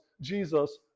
Jesus